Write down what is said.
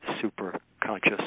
super-conscious